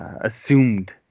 assumed